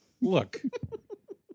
Look